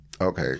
Okay